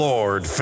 Lord